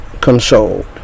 consoled